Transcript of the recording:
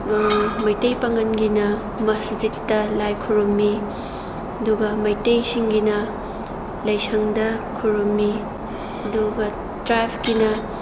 ꯃꯩꯇꯩ ꯄꯥꯡꯉꯜꯒꯤꯅ ꯃꯁꯖꯤꯠꯇ ꯂꯥꯏ ꯈꯨꯔꯝꯃꯤ ꯑꯗꯨꯒ ꯃꯩꯇꯩꯁꯤꯡꯒꯤꯅ ꯂꯥꯏꯁꯪꯗ ꯈꯨꯔꯨꯝꯃꯤ ꯑꯗꯨꯒ ꯇ꯭ꯔꯥꯏꯞꯀꯤꯅ